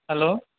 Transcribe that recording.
hello